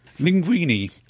Linguini